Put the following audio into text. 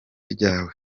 ryawe